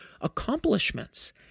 accomplishments